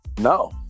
No